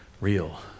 real